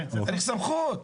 צריך סמכות.